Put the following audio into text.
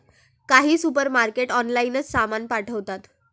काही सुपरमार्केट ऑनलाइनच सामान पाठवतात